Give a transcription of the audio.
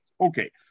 Okay